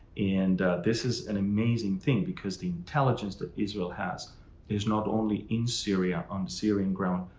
and this is an amazing thing, because the intelligence that israel has is not only in syria, on syrian ground,